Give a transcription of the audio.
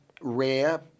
rare